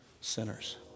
sinners